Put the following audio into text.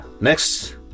Next